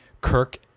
Kirk